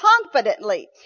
confidently